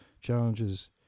challenges